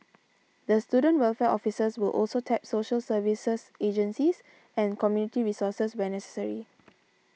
the student welfare officers will also tap social services agencies and community resources when necessary